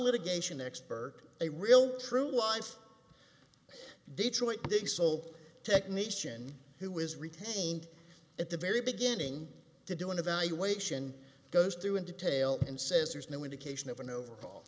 litigation expert a real true wise detroit big soap technician who was retained at the very beginning to do an evaluation goes through in detail and says there's no indication of an overall